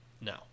No